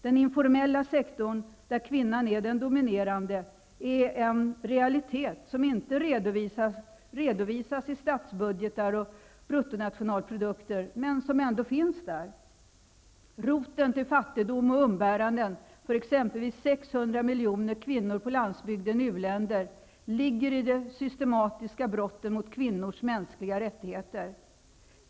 Den informella sektorn, där kvinnan är den dominerande, är en realitet som inte redovisas i statsbudgetar och bruttonationalprodukter men som ändock finns där. Roten till fattigdom och umbäranden för exempelvis 600 miljoner kvinnor på landsbygden i u-länder ligger i de systematiska brotten mot kvinnors mänskliga rättigheter.